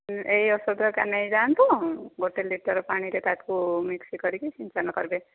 ଏଇ ଔଷଧ କା ନେଇଯାଆନ୍ତୁ ଗୋଟେ ଲିଟର ପାଣିରେ ତାକୁ ମିକ୍ସ କରିକି ସିଞ୍ଚନ କରିବେ